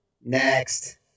next